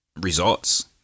results